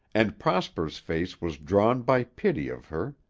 and prosper's face was drawn by pity of her.